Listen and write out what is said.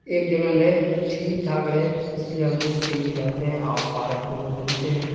ایک جگہ رہے ٹھیک ٹھاک رہے اس لیے ہم لوگ دلی جاتے ہیں اور پارکوں میں گھومتے ہیں